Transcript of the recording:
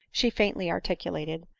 she faintly articulated,